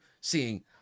seeing